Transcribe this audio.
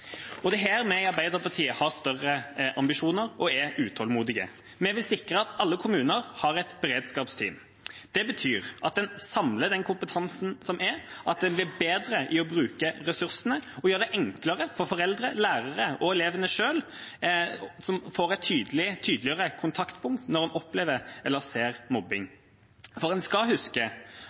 Det er her vi i Arbeiderpartiet har større ambisjoner og er utålmodige. Vi vil sikre at alle kommuner har et beredskapsteam. Det betyr at en samler kompetansen, at en blir bedre i å bruke ressursene og gjør det enklere for foreldre, lærere og elevene selv, som får et tydeligere kontaktpunkt når en opplever eller ser mobbing. En skal huske